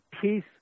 peace